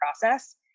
process